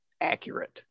accurate